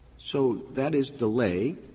so that is delay,